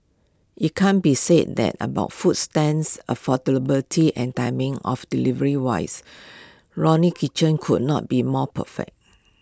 IT can be said that about food stands affordability and timing of delivery wise Ronnie kitchen could not be more perfect